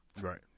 Right